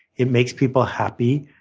it makes people happy,